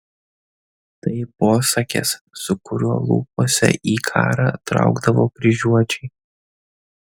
tai posakis su kuriuo lūpose į karą traukdavo kryžiuočiai